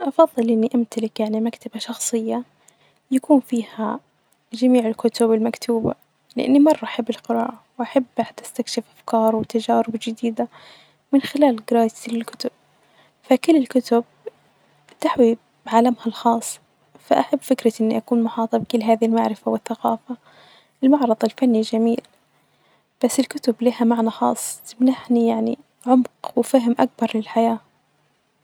أفظل إني أمتلك يعني مكتبة شخصية ،يكون فيها جميع الكتب المكتوبة لإني مرة أحب القراءة وأحب أستكشف أفكار وتجارب جديدة من خلال قراءة الكتب ،فكل الكتب تحوي عالمها الخاص ،فأحب فكرة إني أكون محاطة بكل هذي المعرفة والثقافة ،المعرظ الفني جميل بس الكتب لها معني خاص بيمنحني يعني عمق وفهم أكبر للحياة.